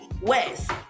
west